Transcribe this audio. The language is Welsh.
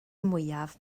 mwyaf